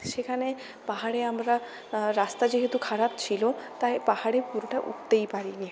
সেখানে পাহাড়ে আমরা রাস্তা যেহেতু খারাপ ছিল তাই পাহাড়ে পুরোটা উঠতেই পারিনি